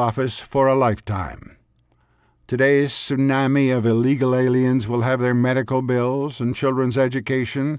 office for a lifetime today tsunami of illegal aliens will have their medical bills and children's education